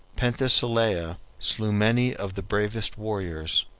penthesilea slew many of the bravest warriors,